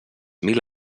mil